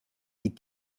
wie